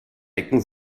ecken